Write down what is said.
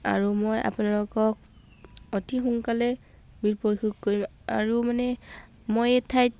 আৰু মই আপোনালোকক অতি সোনকালে বিল পৰিশোধ কৰিম আৰু মানে মই এই ঠাইত